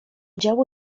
działo